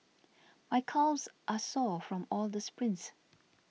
my calves are sore from all the sprints